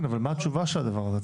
כן, אבל מה התשובה של הדבר הזה?